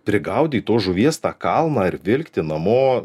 prigaudyt tos žuvies tą kalną ir vilkti namo